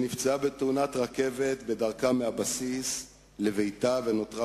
שנפצעה בתאונת רכבת בדרכה מהבסיס לביתה ונותרה